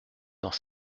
dans